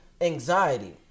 anxiety